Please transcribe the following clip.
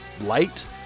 light